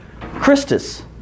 Christus